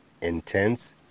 intense